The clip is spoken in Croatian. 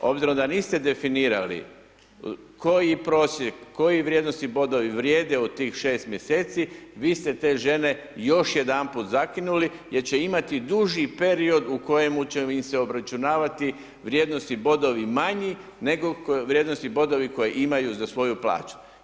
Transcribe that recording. Obzirom da niste definirali koji prosjek, koji vrijednosni bodovi vrijede u tih 6 mjeseci, vi ste te žene još jedanput zakinuli jer će imati duži period u kojem će im se obračunavati vrijednosni bodovi manji nego vrijednosni bodovi koje imaju za svoju plaću.